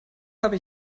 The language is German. habe